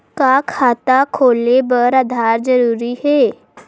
का खाता खोले बर आधार जरूरी हे?